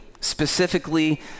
specifically